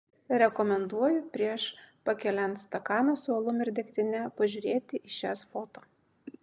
rekomenduoju prieš pakeliant stakaną su alum ir degtine pažiūrėti į šias foto